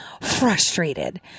frustrated